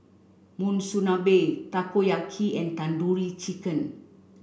Monsunabe Takoyaki and Tandoori Chicken